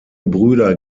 brüder